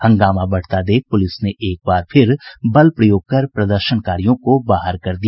हंगामा बढ़ता देख पुलिस ने एक बार फिर बल प्रयोग कर प्रदर्शनकारियों को बाहर कर दिया